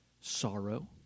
sorrow